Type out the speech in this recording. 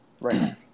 right